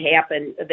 happen